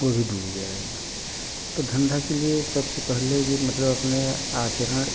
वो भी डूब जाएगा तो धंधा के लिए सबसे पहले कि मतलब अपने आचरण